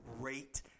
great